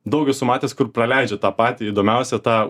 daug esu matęs kur praleidžia tą patį įdomiausią tą